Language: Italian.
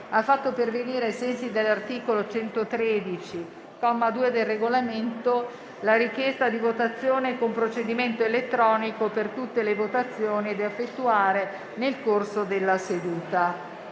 ha fatto pervenire, ai sensi dell'articolo 113, comma 2, del Regolamento, la richiesta di votazione con procedimento elettronico per tutte le votazioni da effettuare nel corso della seduta.